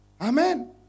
Amen